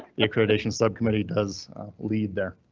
the accreditation subcommittee does lead there.